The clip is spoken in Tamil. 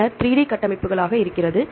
பின்னர் இது 3D கட்டமைப்புகளாக இருக்கிறது